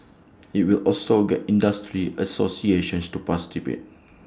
IT will also get industry associations to participate